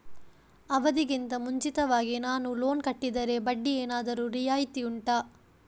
ಅವಧಿ ಗಿಂತ ಮುಂಚಿತವಾಗಿ ನಾನು ಲೋನ್ ಕಟ್ಟಿದರೆ ಬಡ್ಡಿ ಏನಾದರೂ ರಿಯಾಯಿತಿ ಉಂಟಾ